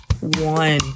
one